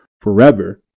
forever